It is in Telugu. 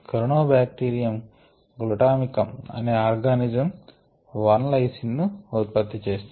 కొరినోబాక్టెరియం గ్లుటామికమ్ అనే ఆర్గానిజం 1 లైసిన్ ను ఉత్పత్తి చేస్తుంది